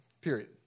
period